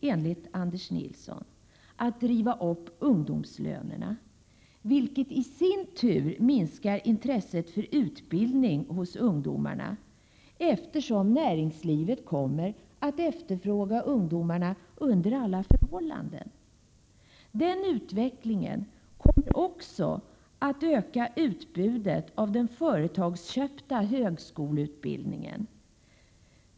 Enligt Anders Nilsson kommer konkurrensen att driva upp ungdomslönerna, vilket i sin tur innebär att ungdomarna blir mindre intresserade av utbildning. Näringslivet kommer ju ändå under alla förhållanden att efterfråga ungdomarna. Den här utvecklingen kommer också att innebära ett ökat utbud av företagsköpt högskoleutbildning.